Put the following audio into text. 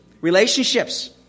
Relationships